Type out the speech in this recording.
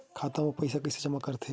खाता म पईसा कइसे जमा करथे?